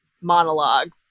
monologue